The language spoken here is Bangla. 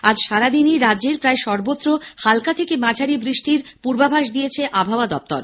আজ সারাদিনই রাজ্যের প্রায় সর্বত্র হাল্কা থেকে মাঝারি বৃষ্টির পূর্বাভাস দিয়েছে আবহাওয়া দপ্তর